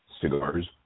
Cigars